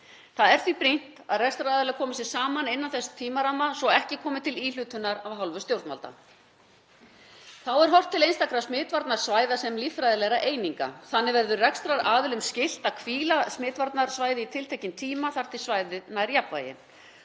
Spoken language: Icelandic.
Það er því brýnt að rekstraraðilar komi sér saman innan þess tímaramma svo ekki komi til íhlutunar af hálfu stjórnvalda. Horft er til einstakra smitvarnasvæða sem líffræðilegra eininga. Þannig verður rekstraraðilum skylt að hvíla smitvarnasvæði í tiltekinn tíma þar til svæðið nær jafnvægi,